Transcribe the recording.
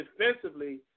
defensively